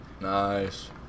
Nice